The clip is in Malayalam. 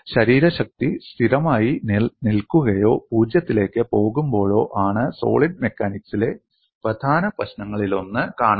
ശരീരശക്തി സ്ഥിരമായി നിൽക്കുകയോ പൂജ്യത്തിലേക്ക് പോകുമ്പോഴോ ആണ് സോളിഡ് മെക്കാനിക്സിലെ പ്രധാന പ്രശ്നങ്ങളിലൊന്ന് കാണുക